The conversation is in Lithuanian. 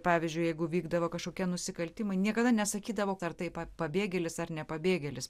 pavyzdžiui jeigu vykdavo kažkokie nusikaltimai niekada nesakydavo ar tai pabėgėlis ar ne pabėgėlis